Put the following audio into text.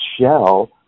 shell